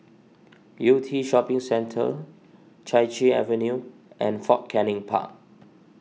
Yew Tee Shopping Centre Chai Chee Avenue and Fort Canning Park